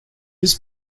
his